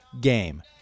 game